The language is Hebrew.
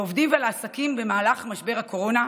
לעובדים ולעסקים במהלך משבר הקורונה,